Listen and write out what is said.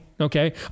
Okay